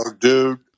dude